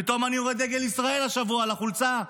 פתאום אני רואה דגל ישראל השבוע על החולצה,